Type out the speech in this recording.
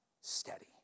steady